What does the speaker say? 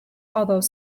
although